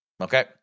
Okay